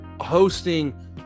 hosting